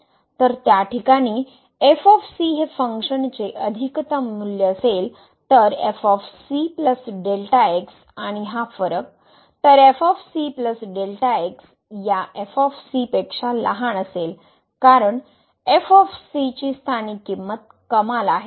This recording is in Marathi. तर त्या ठिकाणी f हे फंक्शनचे अधिकतम मूल्य असेल तर f c x आणि हा फरक तर F of C delta X या एफ ऑफ सी पेक्षा लहान असेल कारण एफ ऑफ सी ची स्थानिक किंमत कमाल आहे